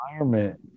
environment